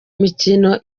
mikino